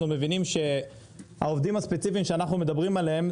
מבינים שהעובדים הספציפיים שאנחנו מעברים עליהם,